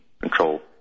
Control